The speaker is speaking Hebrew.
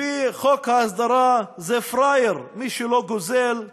לפי חוק ההסדרה, פראייר מי שלא גוזל,